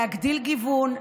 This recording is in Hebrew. להגדיל גיוון,